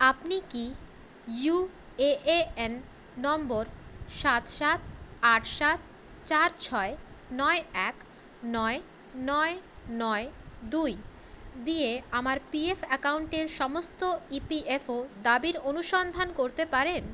আপনি কি UAN number সাত সাত আট সাত চার ছয় নয় এক নয় নয় নয় দুই দিয়ে আমার পিএফ অ্যাকাউন্টের সমস্ত ইপিএফও দাবির অনুসন্ধান করতে পারেন